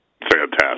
Fantastic